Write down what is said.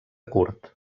curt